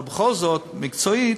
אבל בכל זאת, מקצועית,